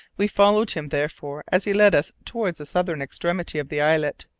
we followed him therefore, as he led us towards the southern extremity of the islet.